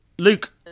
Luke